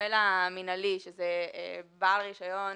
אז אני אקבל את הגישה.